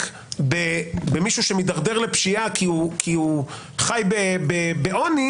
במישהו שמתדרדר לפשיעה כי הוא חי בעוני,